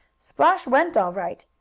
splash went all right,